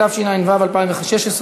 התשע"ו 2016,